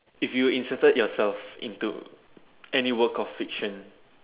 if you inserted yourself into any work of fiction